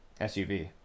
suv